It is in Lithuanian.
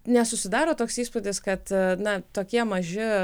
nesusidaro toks įspūdis kad na tokie maži